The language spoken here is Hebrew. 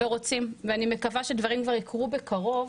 אז אני מקווה שדברים כבר יקרו בקרוב,